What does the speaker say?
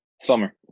Summer